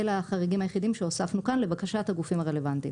אלה הם החריגים היחידים שהוספנו כאן לבקשת הגופים הרלוונטיים.